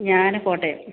ഞാൻ കോട്ടയം